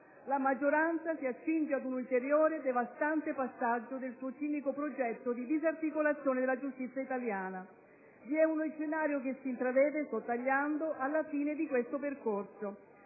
la maggioranza si accinge ad un ulteriore, devastante passaggio del suo cinico progetto di disarticolazione della giustizia italiana. Vi è uno scenario che si intravede alla fine di questo percorso.